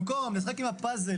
במקום לשחק עם הפאזל,